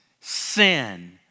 sin